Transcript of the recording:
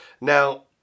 Now